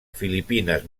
filipines